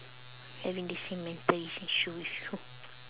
having the same mental issue with you